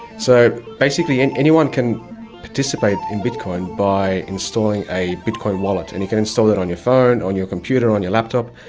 so basically and anyone can participate in bitcoin by installing a bitcoin wallet, and you can install that on your phone, on your computer, on your laptop,